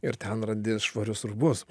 ir ten randi švarius rūbus